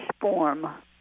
form